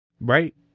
Right